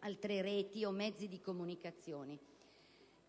altre reti o mezzi di comunicazione.